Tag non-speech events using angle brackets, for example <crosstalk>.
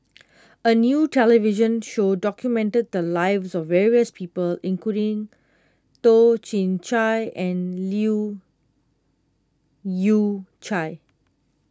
<noise> a new television show documented the lives of various people including Toh Chin Chye and Leu Yew Chye